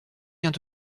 vient